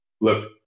Look